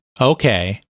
okay